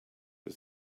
was